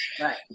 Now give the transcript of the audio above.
Right